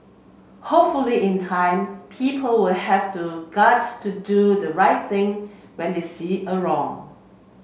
hopefully in time people will have the guts to do the right thing when they see a wrong